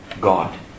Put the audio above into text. God